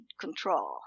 control